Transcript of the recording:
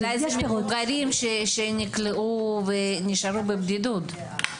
אולי זה מבוגרים שהיו בבדידות עקב הקורונה.